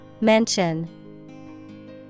Mention